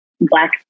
black